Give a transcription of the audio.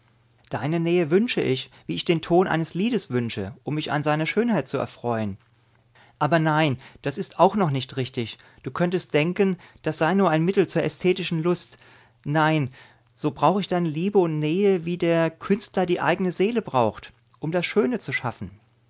deine nähe wünsche ich wie ich den ton des liedes wünsche um mich an seiner schönheit zu erfreuen aber nein das ist auch noch nicht richtig du könntest denken das sei nur ein mittel zur ästhetischen lust nein so brauch ich deine liebe und nähe wie der künstler die eigne seele braucht um das schöne zu schaffen